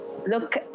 look